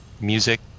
music